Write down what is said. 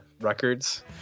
records